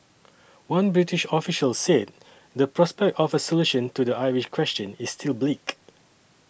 one British official said the prospect of a solution to the Irish question is still bleak